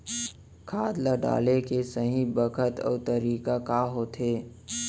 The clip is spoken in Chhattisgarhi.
खाद ल डाले के सही बखत अऊ तरीका का होथे?